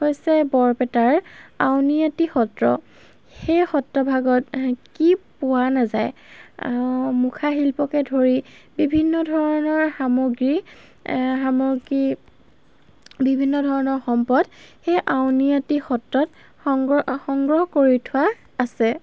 হৈছে বৰপেটাৰ আউনিআটি সত্ৰ সেই সত্ৰভাগত কি পোৱা নাযায় মুখা শিল্পকে ধৰি বিভিন্ন ধৰণৰ সামগ্ৰী সামগ্ৰী বিভিন্ন ধৰণৰ সম্পদ সেই আউনিআটি সত্ৰত সংগ্ৰহ সংগ্ৰহ কৰি থোৱা আছে